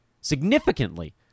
significantly